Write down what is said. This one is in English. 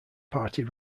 party